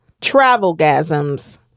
travelgasms